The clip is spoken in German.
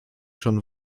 schon